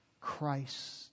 Christ